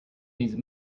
these